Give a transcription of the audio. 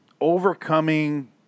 overcoming